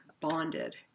bonded